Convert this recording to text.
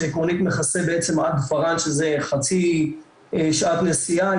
שעקרונית מכסה בעצם עד פארן שזה חצי שעת נסיעה.